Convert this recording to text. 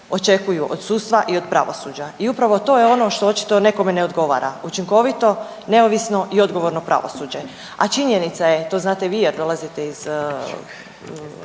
očekuju od sudstva i od pravosuđa i upravo to je ono što očito nekome ne odgovara, učinkovito, neovisno i odgovorno pravosuđe a činjenica je i to znate vi jer dolazite iz